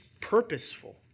purposeful